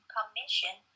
Commission